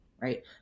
right